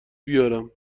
بیارم